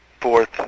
fourth